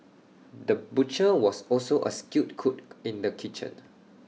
the butcher was also A skilled cook in the kitchen